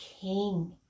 King